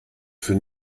für